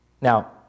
Now